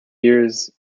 years